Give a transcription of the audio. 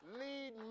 lead